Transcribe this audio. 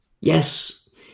yes